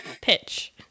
pitch